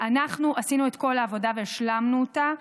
אנחנו עשינו את כל העבודה והשלמנו אותה.